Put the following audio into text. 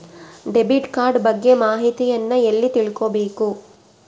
Debit card ಬಗ್ಗೆ ಮಾಹಿತಿಯನ್ನ ಎಲ್ಲಿ ತಿಳ್ಕೊಬೇಕು?